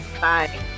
bye